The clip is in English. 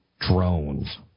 drones